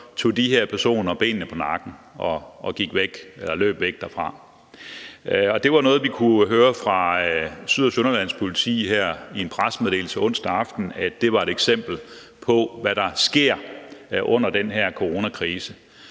tog de her personer benene på nakken og løb væk derfra. Det var noget, vi kunne høre fra Syd- og Sønderjyllands Politi her i en pressemeddelelse onsdag aften, altså at det var et eksempel på, hvad der sker under den her coronakrise.